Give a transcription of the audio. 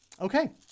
Okay